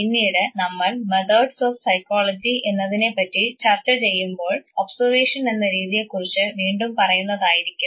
പിന്നീട് നമ്മൾ methods of psychology എന്നതിനെപറ്റി ചർച്ച ചെയ്യുമ്പോൾ ഒബ്സർവേഷൻ എന്ന രീതിയെക്കുറിച്ച് വീണ്ടും പറയുന്നതായിരിക്കും